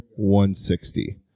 160